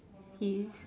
he